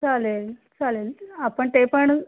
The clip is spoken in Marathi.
चालेल चालेल आपण ते पण